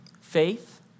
faith